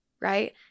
right